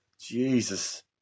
Jesus